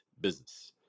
business